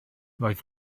roedd